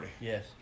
Yes